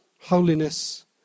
holiness